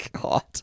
God